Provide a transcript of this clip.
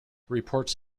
reports